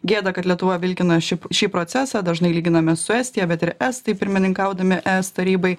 gėda kad lietuva vilkina ši šį procesą dažnai lyginamės su estija bet ir estai pirmininkaudami es tarybai